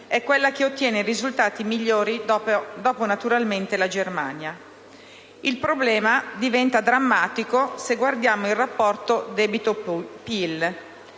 è quella che ottiene i risultati migliori, dopo, naturalmente, la Germania. Il problema diventa drammatico se guardiamo il rapporto debito-PIL.